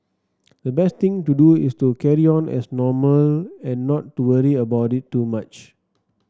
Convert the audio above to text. the best thing to do is to carry on as normal and not to worry about it too much